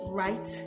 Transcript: right